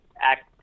act